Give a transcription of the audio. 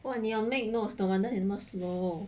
!wah! 你要 make notes 的 mah 哪里这么 slow